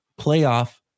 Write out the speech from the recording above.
playoff